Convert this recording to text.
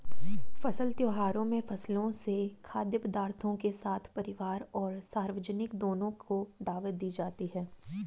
फसल त्योहारों में फसलों से खाद्य पदार्थों के साथ परिवार और सार्वजनिक दोनों को दावत दी जाती है